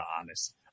honest